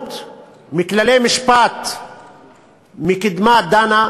התעלמות מכללי משפט מקדמת דנא,